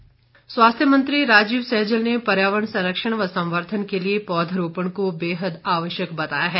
सैजल स्वास्थ्य मंत्री राजीव सैजल ने पर्यावरण संरक्षण व संवर्धन के लिए पौधरोपण को बेहद आवश्यक बताया है